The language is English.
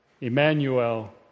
Emmanuel